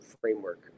framework